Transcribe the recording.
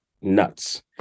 nuts